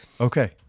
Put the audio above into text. Okay